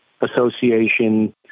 association